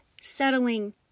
Settling